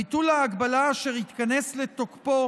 ביטול ההגבלה, אשר ייכנס לתוקפו